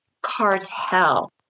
Cartel